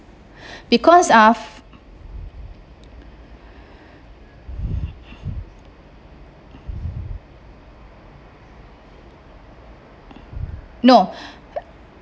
because af~ no